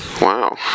Wow